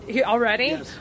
already